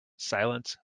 silence